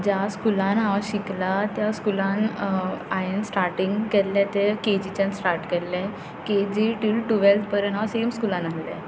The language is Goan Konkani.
ज्या स्कुलान हांव शिकलां त्या स्कुलान हांवें स्टाटींग केल्लें तें केजिच्यान स्टार्ट केल्लें केजी टील टुवॅल्थ पर्यंत हांव सेम स्कुलान आसलें